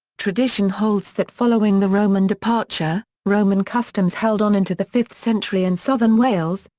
tradition holds that following the roman departure, roman customs held on into the fifth century in southern wales,